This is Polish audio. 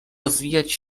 rozwijać